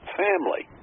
family